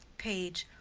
page.